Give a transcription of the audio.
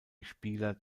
spieler